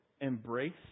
embrace